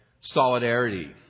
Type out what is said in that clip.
solidarity